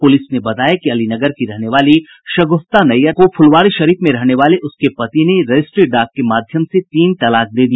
police ने बताया कि अलीनगर की रहने वाली शगुफ्ता नैयर को फुलवारी शरीफ में रहने वाले उसके पति ने रजिस्ट्री डाक के माध्यम से तीन तलाक दे दिया